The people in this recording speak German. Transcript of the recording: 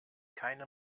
keine